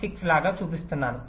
6 లాగా చూపిస్తున్నాను